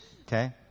Okay